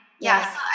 Yes